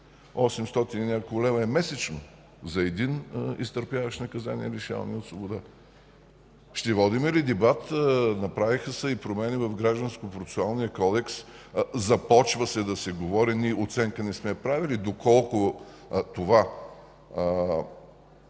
800 и няколко лева е месечно за един изтърпяващ наказание лишаване от свобода. Ще водим ли дебат? Направиха се промени и в Гражданския процесуален кодекс. Започва да се говори – оценка не сме правили, промените,